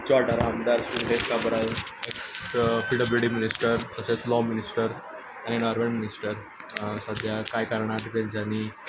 आमच्या वाठारा आमदार Shri Nilesh Cabral ex P W D minister तशेंच लो मिनिस्टर एनवायरो मिनिस्टर सद्या कांय कारणाक लागून तांच्यानी